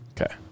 Okay